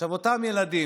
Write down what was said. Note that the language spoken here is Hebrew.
עכשיו, אותם ילדים,